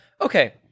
Okay